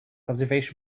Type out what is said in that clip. observation